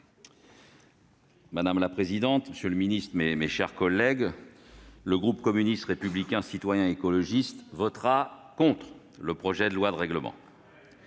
Madame la présidente, monsieur le ministre, mes chers collègues, le groupe communiste républicain citoyen et écologiste votera contre le projet de loi de règlement.